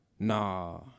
Nah